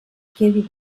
quedi